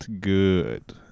good